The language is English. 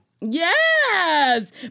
Yes